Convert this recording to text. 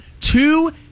Two